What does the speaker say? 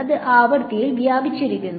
അത് ആവൃത്തിയിൽ വ്യാപിച്ചിരിക്കുന്നു